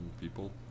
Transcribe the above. people